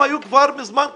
הם היו כבר מזמן קורסים.